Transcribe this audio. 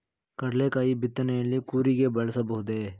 ಕಡ್ಲೆಕಾಯಿ ಬಿತ್ತನೆಯಲ್ಲಿ ಕೂರಿಗೆ ಬಳಸಬಹುದೇ?